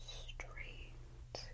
straight